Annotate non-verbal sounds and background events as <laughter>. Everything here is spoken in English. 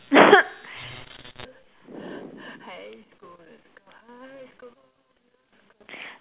<laughs>